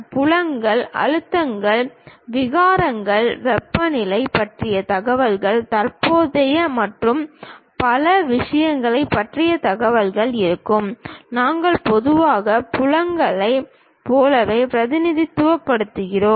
புலங்கள் அழுத்தங்கள் விகாரங்கள் வெப்பநிலை பற்றிய தகவல்கள் தற்போதைய மற்றும் பல விஷயங்களைப் பற்றிய தகவல்கள் இருக்கும் நாங்கள் பொதுவாக புலங்களைப் போலவே பிரதிநிதித்துவப்படுத்துகிறோம்